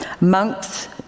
Monks